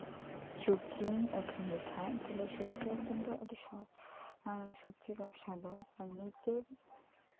ᱥᱚᱵᱡᱤᱢ ᱟᱹᱠᱷᱨᱤᱧ ᱞᱮᱠᱷᱟᱡ ᱛᱟᱞᱦᱮ ᱥᱟᱵᱡᱤ ᱟᱹᱠᱷᱨᱤᱧ ᱫᱚ ᱟᱹᱰᱤ ᱥᱚᱦᱚᱡ ᱥᱚᱵᱡᱤ ᱵᱮᱵᱥᱟ ᱫᱚ ᱟᱢᱱᱤ ᱛᱮ